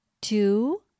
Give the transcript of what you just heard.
two